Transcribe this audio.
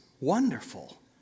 wonderful